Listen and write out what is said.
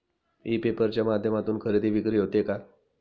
E paper च्या माध्यमातून खरेदी विक्री होते का?